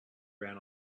ran